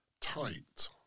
tight